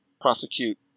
prosecute